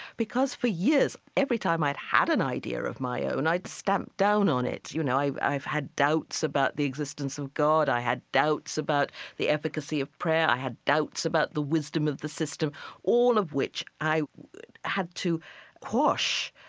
because for years every time i'd had an idea of my own, i'd stamped down on it. you know, i've i've had doubts about the existence of god, i had doubts about the efficacy of prayer, i had doubts about the wisdom of the system all of which i had to quash.